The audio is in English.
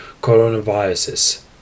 coronaviruses